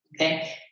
Okay